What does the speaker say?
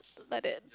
like that